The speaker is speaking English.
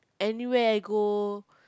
anywhere I go